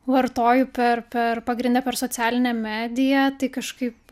vartoju per per pagrinde per socialinę mediją tai kažkaip